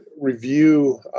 review